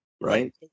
right